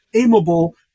aimable